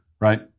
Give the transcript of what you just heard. right